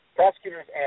prosecutors